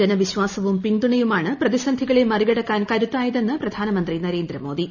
ജനവിശ്വാസവും പിന്തുണയുമാണ് പ്രതിസന്ധികളെ മറികടക്കാൻ കരുത്തായതെന്ന് പ്രധാനമന്ത്രി നരേന്ദ്രമോദി